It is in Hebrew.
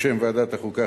בשם ועדת החוקה,